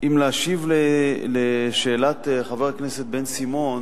אם להשיב על שאלתו של חבר הכנסת בן-סימון,